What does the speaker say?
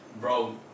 bro